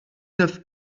neuf